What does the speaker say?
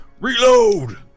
Reload